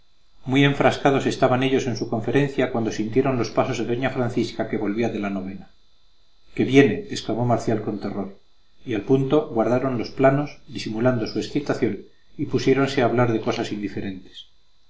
muy enfrascados estaban ellos en su conferencia cuando sintieron los pasos de doña francisca que volvía de la novena qué viene exclamó marcial con terror y al punto guardaron los planos disimulando su excitación y pusiéronse a hablar de cosas indiferentes